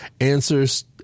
Answers